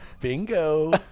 Bingo